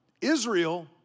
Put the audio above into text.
Israel